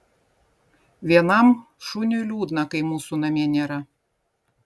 vienam šuniui liūdna kai mūsų namie nėra